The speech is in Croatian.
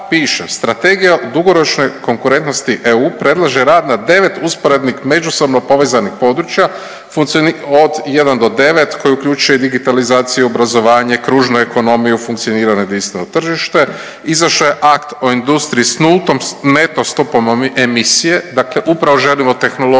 strategija o dugoročnoj konkurentnosti EU predlaže rad na 9 usporednih međusobno povezanih područja od 1 do 9 koji uključuje digitalizaciju, obrazovanje, kružnu ekonomiju, funkcioniranje i jedinstveno tržište, izašao je akt o industriji s nultom neto stopom emisije, dakle upravo želimo tehnologije